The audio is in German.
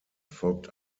folgt